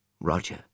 Roger